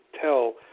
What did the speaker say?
tell